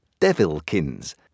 devilkins